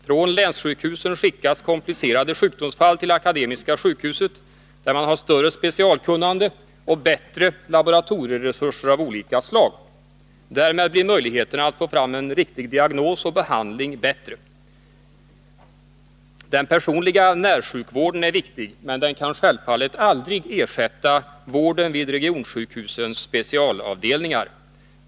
Från länssjukhusen skickas komplicerade sjukdomsfall till Akademiska sjukhuset, där man har större specialkunnande och bättre laboratorieresurser av olika slag. Därmed blir möjligheterna att få fram en riktig diagnos och behandling bättre. Den personliga närsjukvården är viktig, men den kan självfallet aldrig ersätta vården vid regionsjukhusens specialavdelningar.